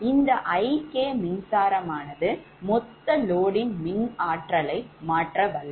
இந்த IK மின்சாரமானது மொத்த loadயின் மின் ஆற்றலை மாற்றவல்லது